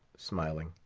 smiling,